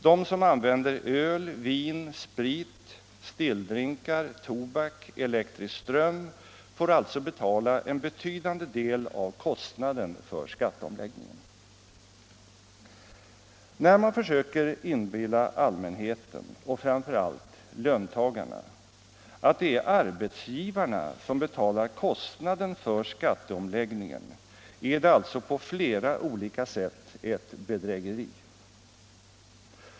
De som använder öl, vin, sprit, stilldrinkar, tobak, elektrisk ström får betala en betydande När man försöker inbilla allmänheten, och framför allt löntagarna, att det är arbetsgivarna som betalar kostnaden för skatteomläggningen är det alltså på flera olika sätt ett bedrägeri.